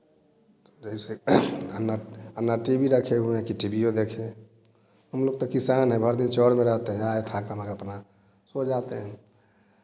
जैसे हम ना हम ना टी वी रखे हुए हैं कि टीवियों देखें हम लोग तो किसान हैं भर दिन चौड़ में रहते हैं आए थक मारल अपना सो जाते हैं